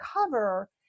cover